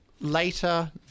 later